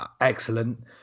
Excellent